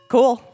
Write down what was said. Cool